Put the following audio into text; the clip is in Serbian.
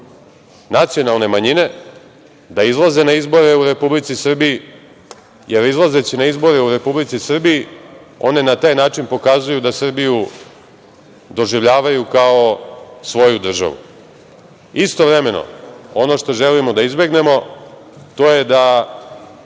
nacionalne manjine da izlaze na izbore u Republici Srbiji, jer izlazeći na izbore u Republici Srbiji oni na taj način pokazuju da Srbiju doživljavaju kao svoju državu. Istovremeno, ono što želimo da izbegnemo to je da